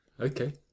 Okay